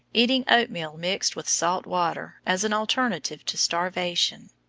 eating oatmeal mixed with salt water as an alternative to starvation.